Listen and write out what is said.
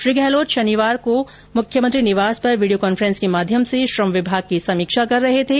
श्री गहलोत शनिवार को मुख्यमंत्री निवास पर वीडियो कॉन्फ्रेंस के माध्यम से श्रम विभाग की समीक्षा कर रहे थे